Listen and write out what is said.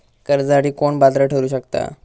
कर्जासाठी कोण पात्र ठरु शकता?